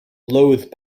loathed